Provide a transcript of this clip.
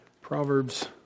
Proverbs